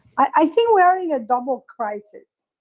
i think we're having a double crisis.